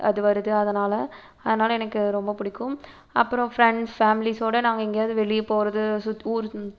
அது வருது அதனால் அதனால் எனக்கு ரொம்ப பிடிக்கும் அப்புறம் ஃப்ரண்ட்ஸ் ஃபேமிலிஸோடு நாங்கள் எங்கேயாவது வெளியே போவது சுத் ஊர்